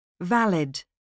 Valid